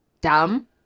Dumb